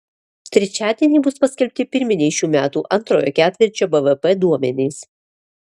trečiadienį bus paskelbti pirminiai šių metų antrojo ketvirčio bvp duomenys